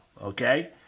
okay